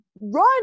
run